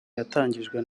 yatangijwe